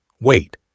Wait